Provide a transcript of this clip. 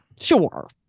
sure